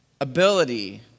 ability